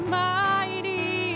mighty